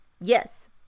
Yes